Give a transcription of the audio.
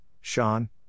Sean